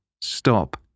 Stop